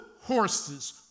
horses